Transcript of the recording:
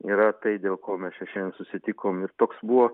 yra tai dėl ko mes čia šiandien susitikom ir toks buvo